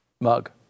mug